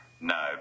No